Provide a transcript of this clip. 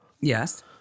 Yes